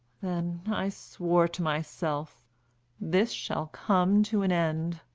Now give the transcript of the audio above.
then i swore to myself this shall come to an end!